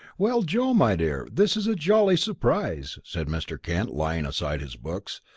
well, joe, my dear, this is a jolly surprise, said mr. kent, laying aside his books.